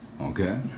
Okay